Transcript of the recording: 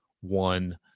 one